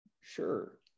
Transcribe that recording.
sure